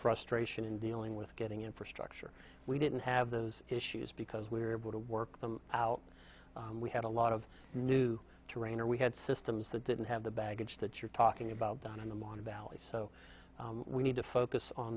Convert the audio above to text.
frustration in dealing with getting infrastructure we didn't have those issues because we were able to work them out we had a lot of new terrain or we had systems that didn't have the baggage that you're talking about down in the modern valley so we need to focus on